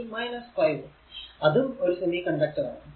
4 10 5 അതും ഒരു semiconductor ആണ്